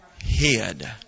hid